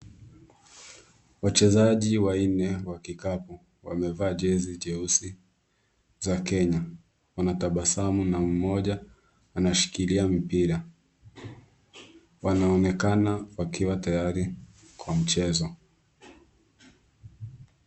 Wachezaji wanne wa kikapu wamevaa jezi jeusi za Kenya. Wanatabasamu na mmoja anashikilia mpira. Wanaonekana wakiwa tayari kwa mchezo.